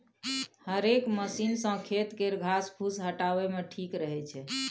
हेरेक मशीन सँ खेत केर घास फुस हटाबे मे ठीक रहै छै